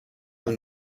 mal